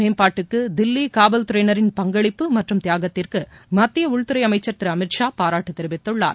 மேம்பாட்டுக்குதில்லிகாவல்துறையினரின் நாட்டின் பங்களிப்பு மற்றம் தியாகத்துக்குமத்தியஉள்துறைஅமைச்சர் திருஅமித் ஷா பாராட்டுதெரிவித்துள்ளார்